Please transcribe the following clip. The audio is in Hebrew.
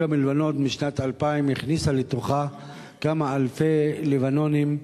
מלבנון בשנת 2000 היא הכניסה לתוכה כמה אלפי לבנונים,